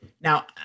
Now